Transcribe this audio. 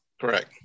Correct